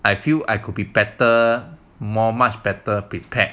I feel I could be better more much better prepared